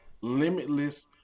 limitless